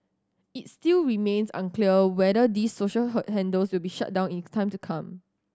it still remains unclear whether these social hold handles will be shut down in time to come